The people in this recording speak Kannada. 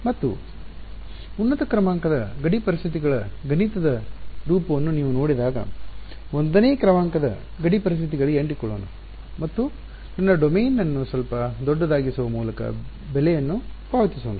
ಮತ್ತು ಉನ್ನತ ಕ್ರಮಾಂಕದ ಗಡಿ ಪರಿಸ್ಥಿತಿಗಳ ಗಣಿತದ ರೂಪವನ್ನು ನೀವು ನೋಡಿದಾಗ 1 ನೇ ಕ್ರಮಾಂಕದ ಗಡಿ ಪರಿಸ್ಥಿತಿಗಳಿಗೆ ಅಂಟಿಕೊಳ್ಳೋಣ ಮತ್ತು ನನ್ನ ಡೊಮೇನ್ ಅನ್ನು ಸ್ವಲ್ಪ ದೊಡ್ಡದಾಗಿಸುವ ಮೂಲಕ ಬೆಲೆಯನ್ನು ಪಾವತಿಸೋಣ